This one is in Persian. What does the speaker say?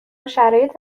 شرایط